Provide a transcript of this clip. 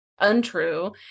untrue